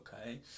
okay